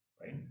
right